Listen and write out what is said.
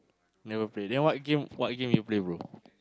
never play then what game what game you play bro